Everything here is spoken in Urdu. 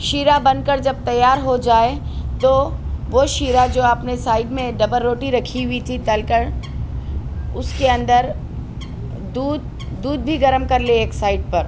شیرہ بن کر جب تیار ہوجائے تو وہ شیرہ جو آپ نے سائڈ میں ڈبر روٹی رکھی ہوئی تھی تل کر اس کے اندر دودھ دودھ بھی گرم کر لے ایک سائڈ پر